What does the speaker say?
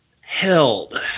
Held